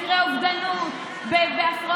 אתם ממשלה